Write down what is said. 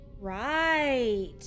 Right